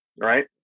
right